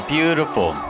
Beautiful